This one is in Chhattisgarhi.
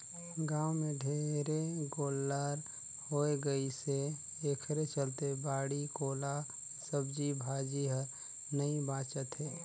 गाँव में ढेरे गोल्लर होय गइसे एखरे चलते बाड़ी कोला के सब्जी भाजी हर नइ बाचत हे